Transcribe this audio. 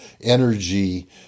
energy